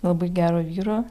labai gero vyro